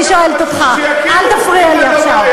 אני שואלת אותך, שיכירו, אל תפריע לי עכשיו.